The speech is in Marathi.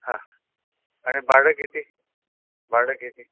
हां आणि भाडं किती भाडं किती